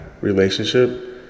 relationship